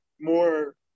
more